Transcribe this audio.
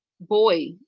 boy